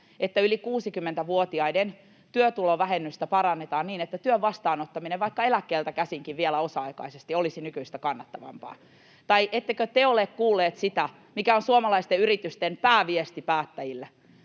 että yli 60-vuotiaiden työtulovähennystä parannetaan niin, että työn vastaanottaminen vaikka vielä eläkkeeltä käsinkin osa-aikaisesti olisi nykyistä kannattavampaa? Tai ettekö te ole kuulleet sitä, mikä on suomalaisten yritysten pääviesti päättäjille: